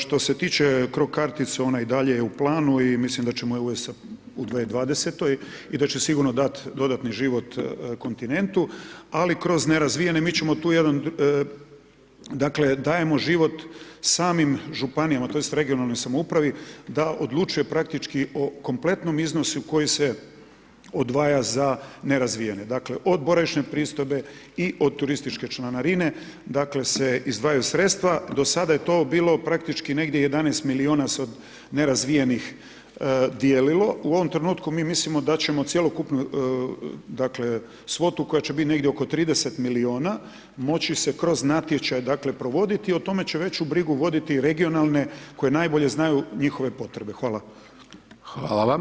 Što se tiče CRO kartice, ona je i dalje u planu i mislim da ćemo ju uvesti sa, u 2020.-toj i da će sigurno dat dodatni život kontinentu, ali kroz nerazvijene, mi ćemo tu jedan, dakle, dajemo život samim Županijama to jest regionalnoj samoupravi da odlučuje praktički o kompletnom iznosu koji se odvaja za nerazvijene, dakle od boravišne pristojbe, i od turističke članarine dakle se izdvajaju sredstva, do sada je to bilo praktički negdje 11 miliona s od nerazvijenih dijelilo, u ovom trenutku mi mislimo da ćemo cjelokupnu, dakle svotu koja će bit negdje oko 30 miliona moći se kroz natječaj dakle provoditi i o tome će veću brigu voditi regionalne koje najbolje znaju njihove potrebe.